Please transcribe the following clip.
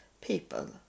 people